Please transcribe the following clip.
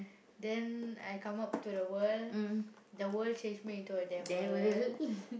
then I come out to the world the world change me to a devil